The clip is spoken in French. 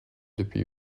depuis